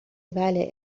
بله